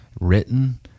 written